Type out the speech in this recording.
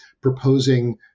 proposing